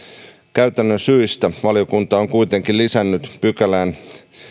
käytännön syistä valiokunta on kuitenkin lisännyt pykälään